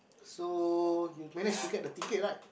so you managed to get the ticket right